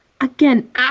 Again